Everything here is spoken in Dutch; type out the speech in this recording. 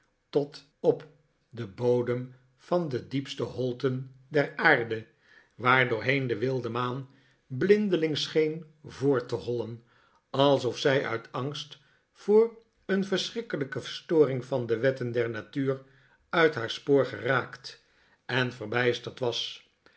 tot op den bodem van de diepste holten der aarde waardoorheen de wilde maan blindelings scheen voort te hollen alsof zij uit angst voor een verschrikkelijke verstoring van de wetten der natuur uit haar spoor geraakt en verbijsterd was